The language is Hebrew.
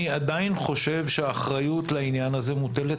אני עדיין חושב שהאחריות לעניין הזה מוטלת